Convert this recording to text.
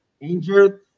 injured